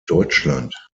deutschland